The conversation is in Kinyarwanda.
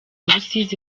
rusizi